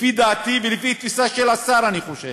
לפי דעתי, ולפי התפיסה של השר, אני חושב,